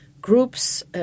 groups –